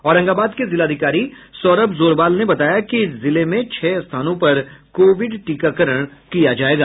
औरंगाबाद के जिलाधिकारी सौरभ जोरवाल ने बताया कि जिले में छह स्थानों पर कोविड टीकाकरण किया जायेगा